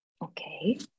Okay